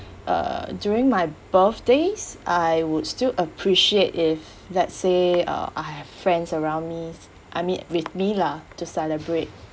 uh during my birthdays I would still appreciate if let's say uh I have friends around me I mean with me lah to celebrate